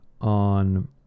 on